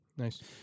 Nice